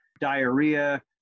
diarrhea